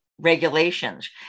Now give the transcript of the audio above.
regulations